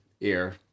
ear